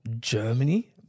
Germany